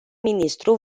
ministru